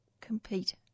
compete